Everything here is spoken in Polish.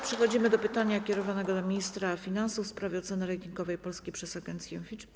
Przechodzimy do pytania kierowanego do ministra finansów, w sprawie oceny ratingowej Polski przez agencję Fitch.